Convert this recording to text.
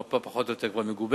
המפה פחות או יותר כבר מגובשת.